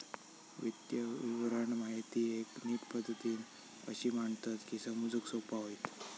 वित्तीय विवरण माहिती एक नीट पद्धतीन अशी मांडतत की समजूक सोपा होईत